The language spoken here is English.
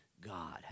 God